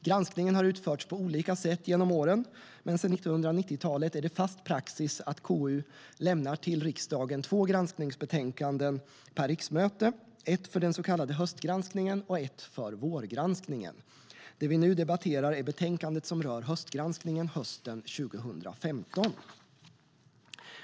Granskningen har utförts på olika sätt genom åren, men sedan 1990-talet är det fast praxis att KU lämnar två granskningsbetänkanden per riksmöte till riksdagen, ett för den så kallade höstgranskningen och ett för vårgranskningen. Det vi nu debatterar är betänkandet som rör höstgranskningen hösten 2015.